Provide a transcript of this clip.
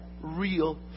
real